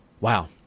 Wow